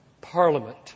Parliament